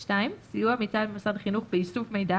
(2) סיוע מצד מוסד חינוך באיסוף מידע